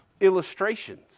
illustrations